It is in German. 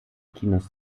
kinos